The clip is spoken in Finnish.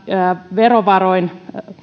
verovaroin